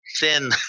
thin